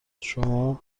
شما